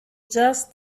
just